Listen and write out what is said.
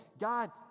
God